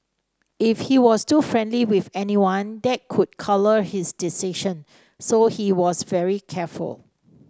if he was too friendly with anyone that could colour his decision so he was very careful